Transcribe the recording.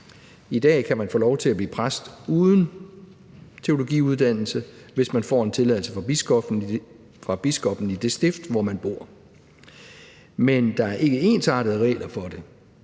I dag kan man få lov til at blive præst uden teologiuddannelse, hvis man får en tilladelse fra biskoppen i det stift, hvor man bor, men der er ikke ensartede regler for det.